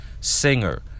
singer